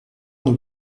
nous